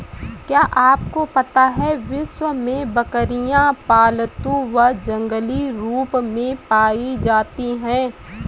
क्या आपको पता है विश्व में बकरियाँ पालतू व जंगली रूप में पाई जाती हैं?